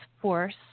force